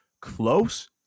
close –